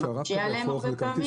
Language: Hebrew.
שמקשה עליהם הרבה פעמים.